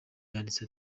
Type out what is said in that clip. yanditse